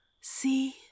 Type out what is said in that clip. See